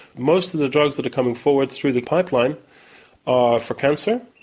most of the drugs that are coming forwards through the pipeline are for cancer.